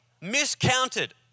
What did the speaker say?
miscounted